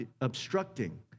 obstructing